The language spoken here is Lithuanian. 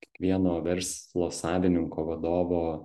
kiekvieno verslo savininko vadovo